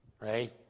right